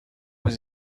was